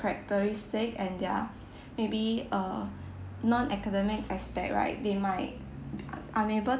characteristic and their maybe uh non academic aspect right they might unable